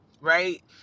right